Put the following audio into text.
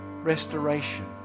Restoration